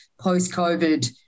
post-COVID